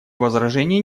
возражений